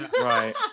Right